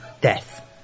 death